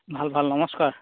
ভাল ভাল নমস্কাৰ